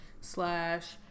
slash